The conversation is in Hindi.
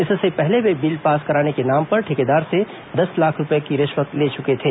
इसके पहले वे बिल पास कराने के नाम पर ठेकेदार से दस लाख रूपये की रिश्वत ले चुके थे